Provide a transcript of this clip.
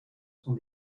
sont